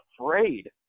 afraid